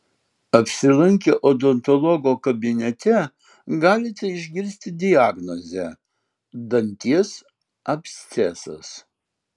apsilankę odontologo kabinete galite išgirsti diagnozę danties abscesas